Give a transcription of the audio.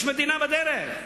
יש מדינה בדרך.